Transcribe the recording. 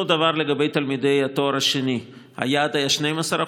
אותו דבר לגבי תלמידי התואר השני: היעד היה 12%,